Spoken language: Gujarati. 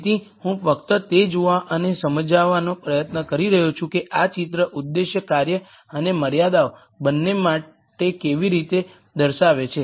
તેથી હું ફક્ત તે જોવા અને સમજાવવાનો પ્રયત્ન કરી રહ્યો છું કે આ ચિત્ર ઉદ્દેશ્ય કાર્ય અને મર્યાદા બંને માટે કેવી રીતે દર્શાવે છે